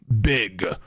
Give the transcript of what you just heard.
big